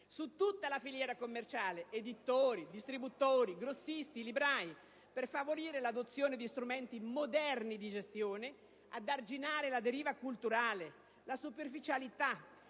su tutta la filiera commerciale (editori, distributori, grossisti, librai) per favorire l'adozione di strumenti moderni di gestione; ad arginare la deriva culturale, la superficialità,